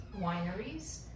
wineries